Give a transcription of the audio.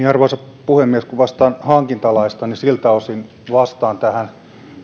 arvoisa puhemies vastaan hankintalaista ja siltä osin vastaan tähän